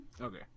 Okay